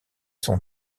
son